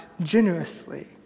generously